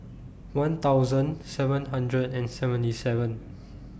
one thousand seven hundred and seventy seven